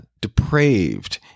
depraved